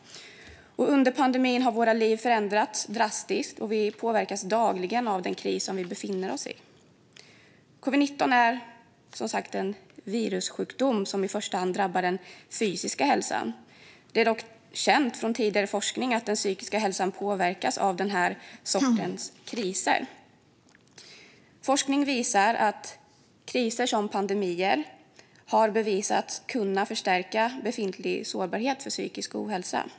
Under pandemin har våra liv förändrats drastiskt, och vi påverkas dagligen av den kris vi befinner oss i. Covid-19 är en virussjukdom som i första hand drabbar den fysiska hälsan. Det är dock känt från tidigare forskning att den psykiska hälsan påverkas av den här sortens kriser. Forskning visar att kriser som pandemier kan förstärka befintlig sårbarhet för psykisk ohälsa.